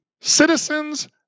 citizens